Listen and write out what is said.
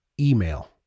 email